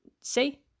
see